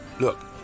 Look